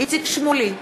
איציק שמולי,